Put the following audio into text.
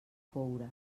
coure